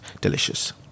delicious